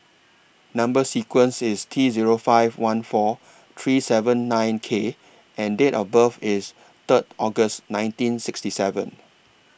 Number sequence IS T Zero five one four three seven nine K and Date of birth IS Third August nineteen sixty seven